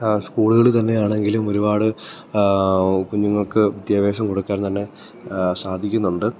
സ്കൂളുകൾ തന്നെയാണെങ്കിലും ഒരുപാട് കുഞ്ഞുങ്ങൾക്ക് വിദ്യാഭ്യാസം കൊടുക്കാൻ തന്നെ സാധിക്കുന്നുണ്ട്